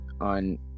on